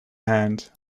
hand